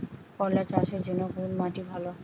করলা চাষের জন্য কোন মাটি ভালো?